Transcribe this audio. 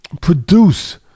produce